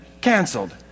canceled